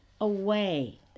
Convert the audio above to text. away